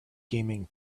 gaming